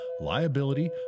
liability